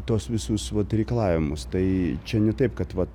tuos visus vat reikalavimus tai čia ne taip kad vat